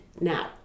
now